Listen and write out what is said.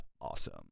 awesome